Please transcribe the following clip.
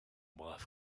brave